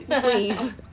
Please